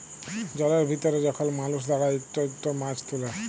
জলের ভিতরে যখল মালুস দাঁড়ায় ইকট ইকট মাছ তুলে